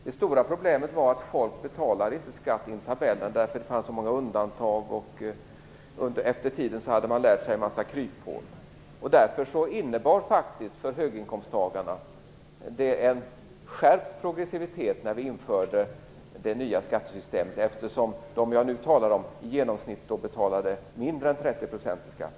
Det stora problemet var att folk inte betalade skatt enligt tabellen eftersom det fanns så många undantag. Med tiden hade man lärt sig att använda en massa kryphål. När vi införde det nya skattesystemet innebar det faktiskt en skärpt progressivitet för höginkomsttagarna, eftersom de jag nu talar om i genomsnitt betalade mindre än 30 % i skatt.